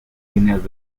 líneas